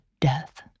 death